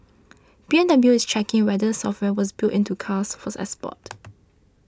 B M W is checking whether the software was built into cars for export